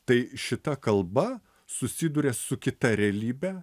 tai šita kalba susiduria su kita realybe